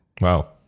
wow